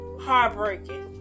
heartbreaking